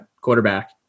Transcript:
quarterback